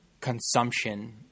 consumption